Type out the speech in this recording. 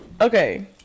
Okay